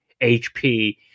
hp